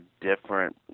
different